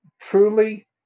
truly